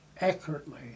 accurately